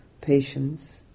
patience